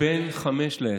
בין חמש לעשר.